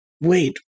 Wait